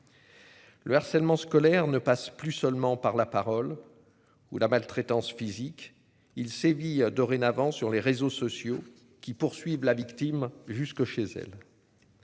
Le harcèlement scolaire ne passent plus seulement par la parole. Ou la maltraitance physique il sévit dorénavant sur les réseaux sociaux qui poursuivent la victime jusque chez elle.